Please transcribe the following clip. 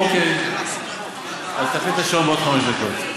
אוקיי, אז תחליף את השעון בעוד חמש דקות.